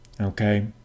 okay